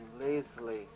lazily